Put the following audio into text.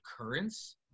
occurrence